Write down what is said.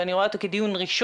ואני רואה אותו כדיון ראשון,